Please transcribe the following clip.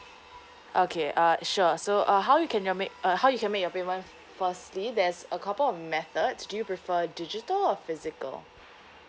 okay uh sure so uh how you can make how you can make your payment firstly there's a couple of methods do you prefer digital or physical